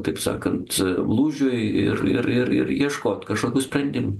taip sakant lūžiui ir ir ir ir ieškot kažkokių sprendimų